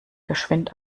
geschwind